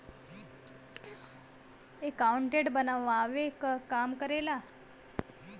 accountant बनावे क काम करेला